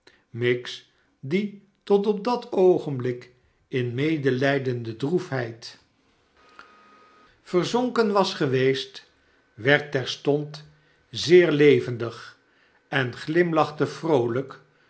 miggs die tot op dat oogenblik in medelijdende droefheid ve sim tappertit zonken was geweest werd terstond zeer levendig en glimlachte vroolijk